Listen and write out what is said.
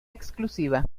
exclusiva